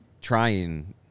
trying